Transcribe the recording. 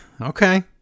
Okay